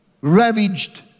ravaged